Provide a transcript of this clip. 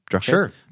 Sure